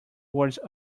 words